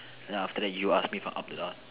then after that you ask me from up to down